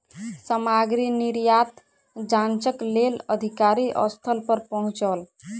सामग्री निर्यात जांचक लेल अधिकारी स्थल पर पहुँचल